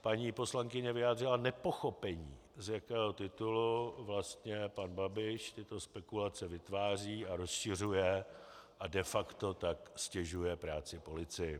Paní poslankyně vyjádřila nepochopení, z jakého titulu vlastně pan Babiš tyto spekulace vytváří a rozšiřuje a de facto tak ztěžuje práci policii.